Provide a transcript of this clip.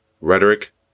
rhetoric